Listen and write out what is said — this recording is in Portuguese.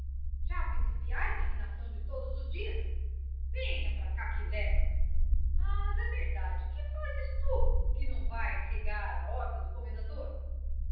já principias na reinação de todos os dias vem para cá que levas mas é verdade que fazes tu que não vais regar a horta do comendador